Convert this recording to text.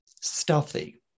stealthy